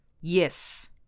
Yes